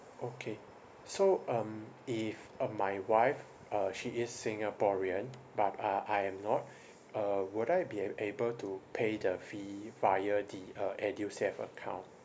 okay so um if um my wife uh she is singaporean but uh I am not uh would I be a~ able to pay the fee via the uh edusave account